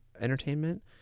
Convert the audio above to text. Entertainment